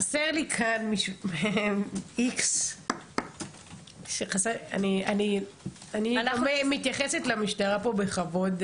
חסר לי כאן X. אני מתייחסת למשטרה פה בכבוד,